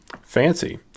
Fancy